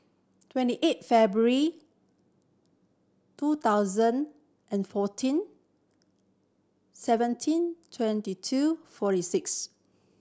twenty eight February two thousand and fourteen seventeen twenty two forty six